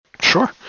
sure